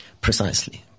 Precisely